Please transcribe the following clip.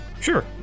Sure